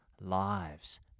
lives